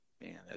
man